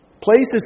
Places